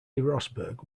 rosberg